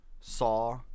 Saw